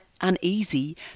uneasy